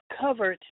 covered